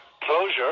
closure